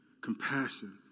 compassion